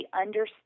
understand